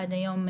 עד היום,